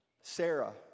Sarah